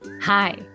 Hi